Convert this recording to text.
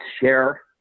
share